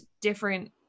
different